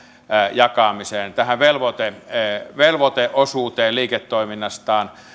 jakamiseen tähän velvoiteosuuteen liiketoiminnastaan